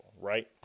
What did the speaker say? right